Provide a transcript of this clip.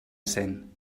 cent